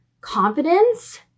confidence